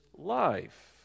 life